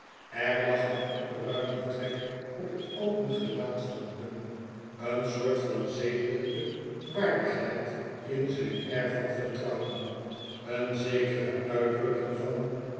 er lag een opgeruimde trek op het open gelaat van bung een soort van zedelijke waardigheid in zijn air van vertrouwen een zekere uitdrukking van